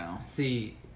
see